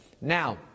Now